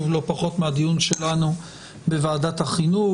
לא פחות מהדיון שלנו בוועדת החינוך.